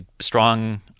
strong